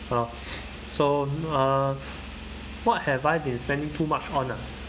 !hannor! so uh what have I been spending too much on ah